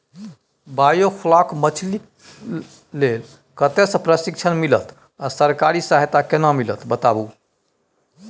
Biofloc मछलीपालन लेल कतय स प्रशिक्षण मिलत आ सरकारी सहायता केना मिलत बताबू?